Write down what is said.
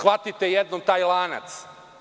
Shvatite jednom taj lanac.